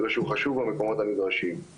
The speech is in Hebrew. אלא שהוא חשוב במקומות הנדרשים.